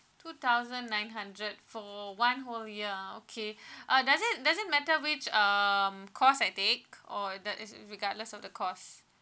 two thousand nine hundred for one whole year okay uh does it does it matter which um course I take or that is re~ regardless of the course